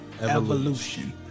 evolution